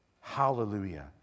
Hallelujah